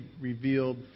revealed